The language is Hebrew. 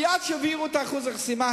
מייד כשהעבירו את אחוז החסימה,